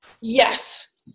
yes